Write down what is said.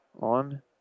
on